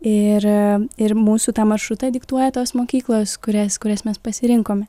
ir ir mūsų tą maršrutą diktuoja tos mokyklos kurias kurias mes pasirinkom